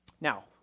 Now